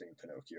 Pinocchio